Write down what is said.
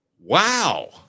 Wow